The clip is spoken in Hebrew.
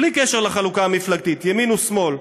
בלי קשר לחלוקה המפלגתית ימין ושמאל,